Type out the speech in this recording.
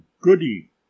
goody